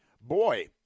boy